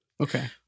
Okay